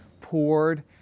poured